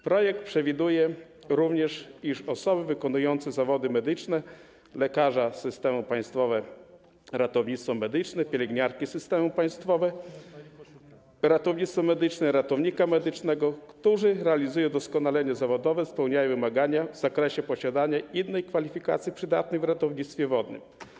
Projekt przewiduje również, iż osoby wykonujące zawody medyczne: lekarza systemu Państwowego Ratownictwa Medycznego, pielęgniarki systemu Państwowego Ratownictwa Medycznego, ratownika medycznego, którzy realizują doskonalenie zawodowe, spełniają wymagania w zakresie posiadania innej kwalifikacji przydatnej w ratownictwie wodnym.